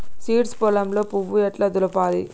Seeds పొలంలో పువ్వు ఎట్లా దులపాలి?